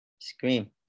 Scream